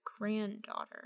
granddaughter